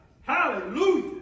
Hallelujah